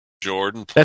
Jordan